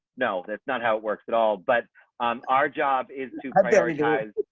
no, that's not how it works at all, but our job is to guide